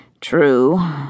True